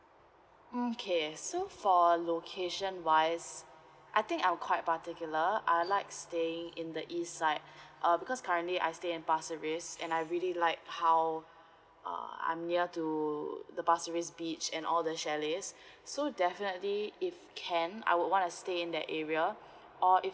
okay so for location wise I think I'll quite particular I'd like staying in the east side err because currently I stay in pasir ris and I really like how uh I'm near to the pasir ris beach and all the chalet so definitely if can I'd want ti stay in that area or if